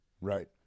right